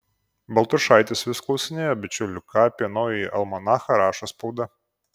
baltrušaitis vis klausinėjo bičiulių ką apie naująjį almanachą rašo spauda